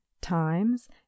times